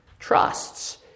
Trusts